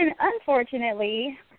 Unfortunately